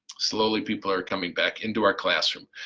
slowly people are coming back into our classroom.